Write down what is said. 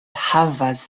havas